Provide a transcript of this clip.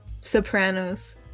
Sopranos